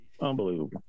Unbelievable